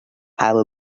how